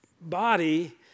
body